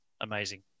amazing